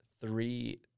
three